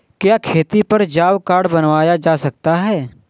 क्या खेती पर जॉब कार्ड बनवाया जा सकता है?